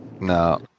No